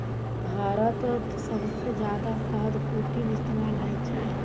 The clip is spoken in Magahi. भारतत सबसे जादा शहद कुंठिन इस्तेमाल ह छे